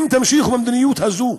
אם תמשיכו במדיניות הזו,